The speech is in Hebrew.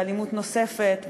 ואלימות נוספת,